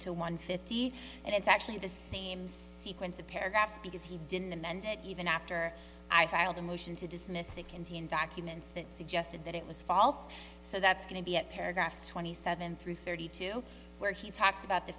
to one fifty and it's actually the same sequence of paragraphs because he didn't amend it even after i filed a motion to dismiss that contain documents that suggested that it was false so that's going to be a paragraph twenty seven three thirty two where he talks about the